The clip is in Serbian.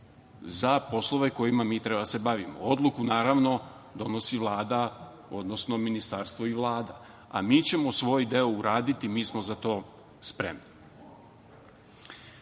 za poslove kojima mi treba da se bavimo. Odluku naravno donosi Vlada, odnosno ministarstvo i Vlada, a mi ćemo svoj deo uraditi. Mi smo za to spremni. Ponovo